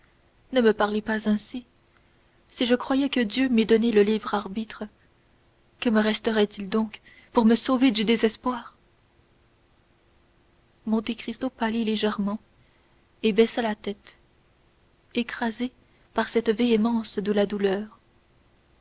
ne me parlez pas ainsi si je croyais que dieu m'eût donné le libre arbitre que me resterait-il donc pour me sauver du désespoir monte cristo pâlit légèrement et baissa la tête écrasé par cette véhémence de la douleur